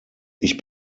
ich